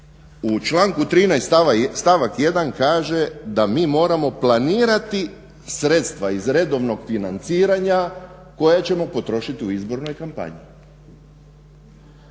u članku 13. stavak 1. kaže da mi moramo planirati sredstva iz redovnog financiranja koja ćemo potrošiti u izbornoj kampanji.